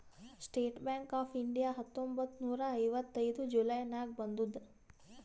state Bank of India ಹತ್ತೊಂಬತ್ತ್ ನೂರಾ ಐವತ್ತೈದು ಜುಲೈ ನಾಗ್ ಬಂದುದ್